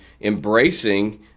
embracing